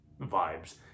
vibes